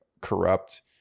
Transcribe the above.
corrupt